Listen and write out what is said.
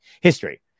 history